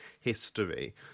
history